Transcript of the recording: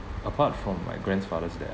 apart from my grandfather's death